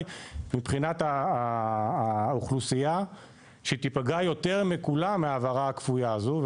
מבחינת האוכלוסייה שתיפגע יותר מכולם מההעברה הכפויה הזו.